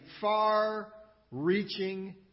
far-reaching